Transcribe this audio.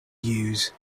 use